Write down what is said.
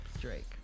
Drake